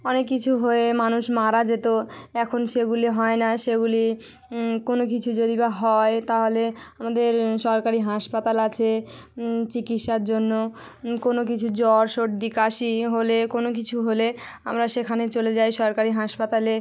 অনেক কিছু হয়ে মানুষ মারা যেতো এখন সেগুলি হয় না সেগুলি কোনো কিছু যদি বা হয় তাহলে আমাদের সরকারি হাসপাতাল আছে চিকিৎসার জন্য কোনো কিছু জ্বর সর্দি কাশি হলে কোনো কিছু হলে আমরা সেখানে চলে যাই সরকারি হাসপাতালে